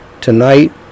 tonight